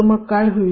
तर मग काय होईल